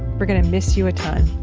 we're going to miss you a ton.